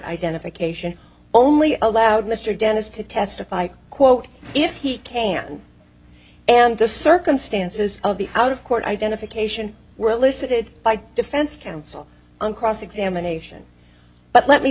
identification only allowed mr dennis to testify quote if he can and the circumstances of the out of court identification were elicited by defense counsel on cross examination but let me